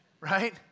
Right